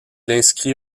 inscrit